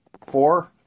Four